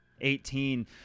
Eighteen